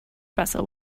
vessel